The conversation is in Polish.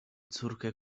córkę